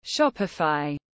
Shopify